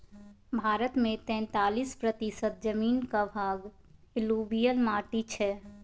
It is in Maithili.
भारत मे तैतालीस प्रतिशत जमीनक भाग एलुयुबियल माटि छै